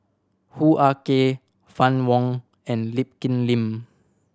Hoo Ah Kay Fann Wong and Lee Kip Lin